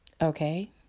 Okay